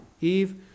Eve